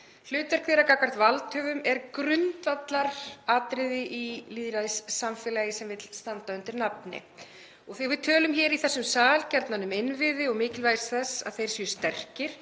Hlutverk þeirra gagnvart valdhöfum er grundvallaratriði í lýðræðissamfélagi sem vill standa undir nafni. Þegar við tölum hér í þessum sal gjarnan um innviði og mikilvægi þess að þeir séu sterkir